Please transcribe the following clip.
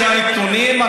אלה הנתונים.